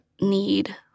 need